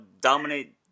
dominate